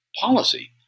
policy